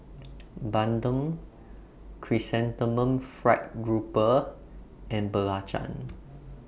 Bandung Chrysanthemum Fried Grouper and Belacan